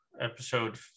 episode